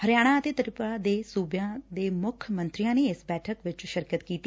ਹਰਿਆਣਾ ਅਤੇ ਤ੍ਰਿਪੁਰਾ ਸੂਬਿਆਂ ਦੇ ਮੁੱਖ ਮੰਤਰੀਆਂ ਨੇ ਇਸ ਬੈਠਕ ਚ ਸ਼ਿਰਕਤ ਕੀਤੀ